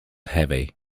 heavy